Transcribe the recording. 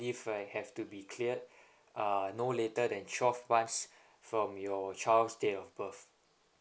leave right have to be cleared uh no later than twelve us from your child's date of birth